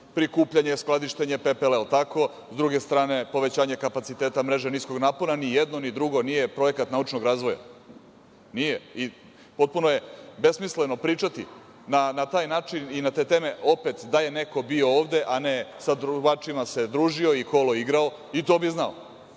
prikupljanje, skladištenja pepela. S druge strane, povećanje kapaciteta mreže niskog napona ni jedno, ni drugo nije projekat naučnog razvoja. Nije, i potpuno je besmisleno pričati na taj način i na te teme opet da je neko bio ovde, a ne sa trubačima se družio i kolo igrao i to bi